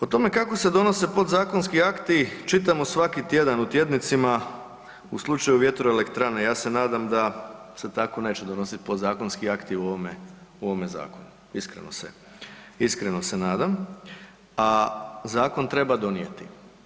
O tome kako se donose podzakonski akti, čitamo svaki tjedan u tjednicima u slučaju vjetroelektrane, ja se nadam se tako neće donositi podzakonski akti u ovome zakonu, iskreno se nadam, a zakon treba donijeti.